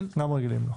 גם רגילים לא.